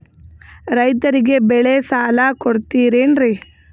ರೈತರಿಗೆ ಬೆಳೆ ಸಾಲ ಕೊಡ್ತಿರೇನ್ರಿ?